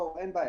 בואו, אין בעיה.